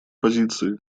позиции